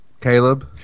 Caleb